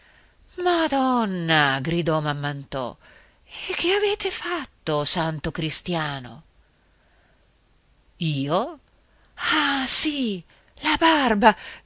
madonna gridò mamm'anto e che avete fatto santo cristiano io ah sì la barba